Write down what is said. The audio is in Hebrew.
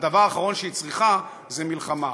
הדבר האחרון שהיא צריכה זה מלחמה.